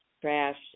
trash